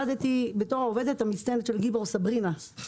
הייתי העובדת המצטיינת של גיבור סברינה,